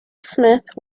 smith